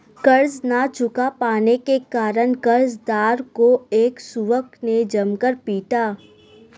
कर्ज ना चुका पाने के कारण, कर्जदार को एक युवक ने जमकर पीटा